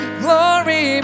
glory